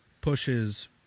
pushes